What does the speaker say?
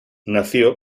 nació